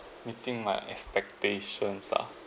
meeting my expectations ah